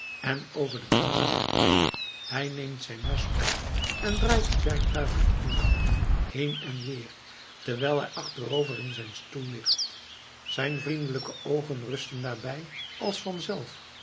en over de knieën legt hij neemt zijn mes op en draait het werktuigelijk in de hand heen en weer terwijl hij achterover in zijn stoel ligt zijn vriendelijke oogen rusten daarbij als